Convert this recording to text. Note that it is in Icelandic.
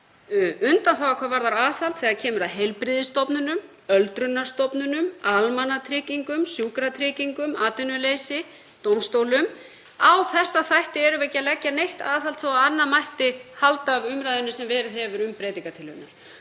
undanþága hvað varðar aðhald þegar kemur að heilbrigðisstofnunum, öldrunarstofnunum, almannatryggingum, sjúkratryggingum, atvinnuleysi, dómstólum. Á þessa þætti erum við ekki að leggja neitt aðhald þó að annað mætti halda af umræðunni sem verið hefur um breytingartillögurnar.